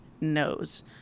knows